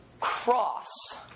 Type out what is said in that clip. cross